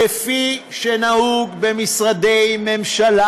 כפי שנהוג במשרדי ממשלה,